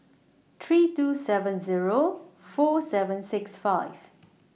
three two seven Zero four seven six five